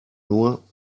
nur